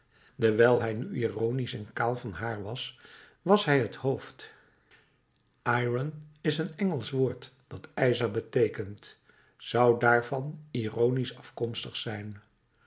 dewijl hij nu ironisch en kaal van haar was was hij het hoofd iron is een engelsch woord dat ijzer beteekent zou daarvan ironisch afkomstig zijn